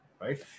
right